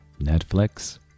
netflix